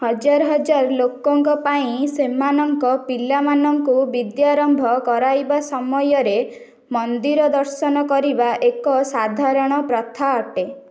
ହଜାର ହଜାର ଲୋକଙ୍କ ପାଇଁ ସେମାନଙ୍କ ପିଲାମାନଙ୍କୁ ବିଦ୍ୟାରମ୍ଭ କରାଇବା ସମୟରେ ମନ୍ଦିର ଦର୍ଶନ କରିବା ଏକ ସାଧାରଣ ପ୍ରଥା ଅଟେ